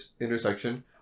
intersection